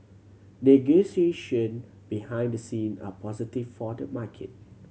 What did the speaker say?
negotiation behind the scene are positive for the market